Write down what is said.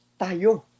Tayo